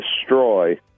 destroy